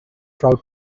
trout